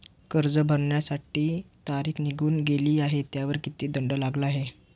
कर्ज भरण्याची तारीख निघून गेली आहे त्यावर किती दंड लागला आहे?